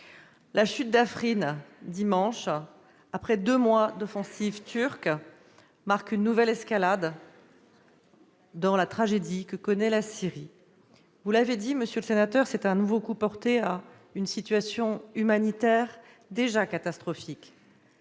la chute d'Afrin dimanche, après deux mois d'offensive turque, marque une nouvelle escalade dans la tragédie que connaît la Syrie. Vous l'avez dit, c'est un nouveau coup porté à une situation humanitaire déjà catastrophique